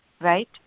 Right